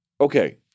Okay